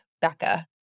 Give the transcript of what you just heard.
Becca